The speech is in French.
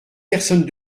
personnes